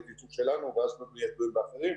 ייצור שלנו ואז לא נהיה תלויים באחרים.